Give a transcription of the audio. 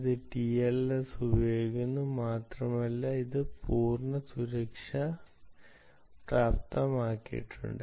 ഇത് ടിഎൽഎസ് ഉപയോഗിക്കുന്നു മാത്രമല്ല ഇതിന് പൂർണ്ണ സുരക്ഷ പ്രാപ്തമാക്കിയിട്ടുണ്ട്